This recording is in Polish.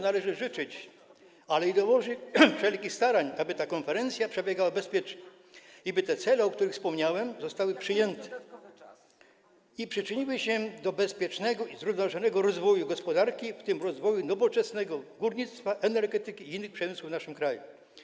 Należy też życzyć - ale i dołożyć wszelkich starań - aby ta konferencja przebiegła bezpiecznie, a cele, o których wspomniałem, zostały przyjęte i przyczyniły się do bezpiecznego i zrównoważonego rozwoju gospodarki, w tym rozwoju nowoczesnego górnictwa, energetyki i innych gałęzi przemysłu w naszym kraju.